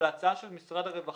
אבל ההצעה של משרד הרווחה